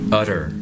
utter